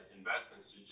investments